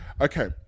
Okay